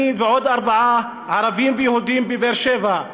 אני ועוד ארבעה ערבים ויהודים בבאר שבע,